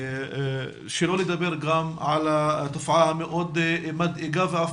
שלא לדבר על התופעה המאוד מדאיגה ואף